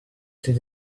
did